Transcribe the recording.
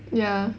ya